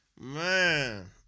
Man